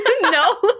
No